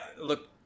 look